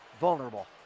vulnerable